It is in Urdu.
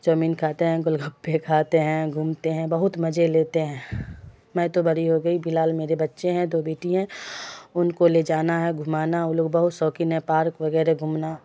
چاؤمین کھاتے ہیں گول گپے کھاتے ہیں گھومتے ہیں بہت مزے لیتے ہیں میں تو بڑی ہو گئی فی الحال میرے بچے ہیں دو بیٹی ہیں ان کو لے جانا ہے گھمانا وہ لوگ بہت شوقین ہیں پارک وغیرہ گھومنا